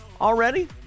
already